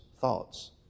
thoughts